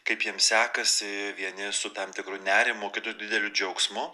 kaip jiems sekasi vieni su tam tikru nerimu kiti dideliu džiaugsmu